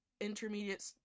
intermediate